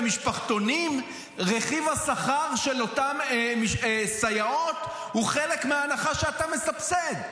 במשפחתונים רכיב השכר של אותן סייעות הוא חלק מההנחה שאתה מסבסד.